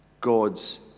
God's